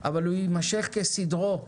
אבל הוא יימשך כסדרו.